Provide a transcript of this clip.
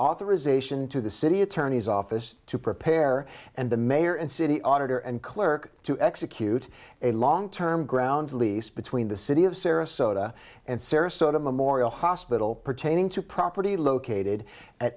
authorization to the city attorney's office to prepare and the mayor and city auditor and clerk to execute a long term ground lease between the city of sarasota and sarasota memorial hospital pertaining to property located at